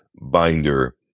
binder